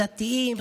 דתיים,